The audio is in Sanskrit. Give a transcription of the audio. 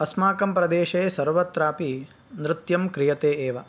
अस्माकं प्रदेशे सर्वत्रापि नृत्यं क्रियते एव